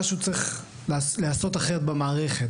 משהו צריך להיעשות אחרת במערכת,